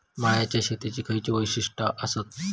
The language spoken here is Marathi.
मळ्याच्या शेतीची खयची वैशिष्ठ आसत?